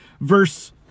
verse